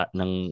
ng